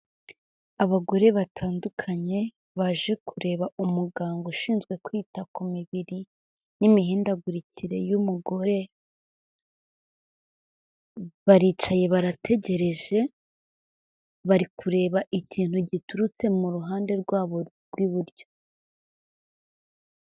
Abagore batandukanye baje kureba umuganga ushinzwe kwita ku mibiri n'imihindagurikire y'umugore, baricaye barategereje bari kureba ikintu giturutse mu ruhande rwabo rw'iburyo.